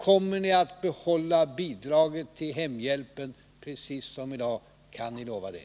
Kommer ni att behålla bidraget till hemhjälpen, precis som i dag? Kan ni lova det?